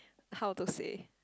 how to say